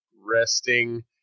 resting